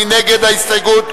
מי נגד ההסתייגות?